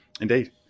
Indeed